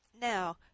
Now